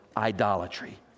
idolatry